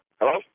Hello